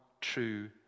true